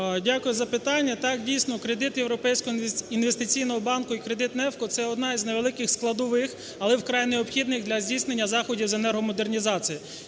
Дякую за питання. Так, дійсно, кредит Європейського інвестиційного банку і кредит NEFCO – це одна із невеликих складових, але вкрай необхідних для здійснення заходів з енергомодернізації.